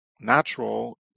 natural